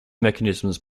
mechanisms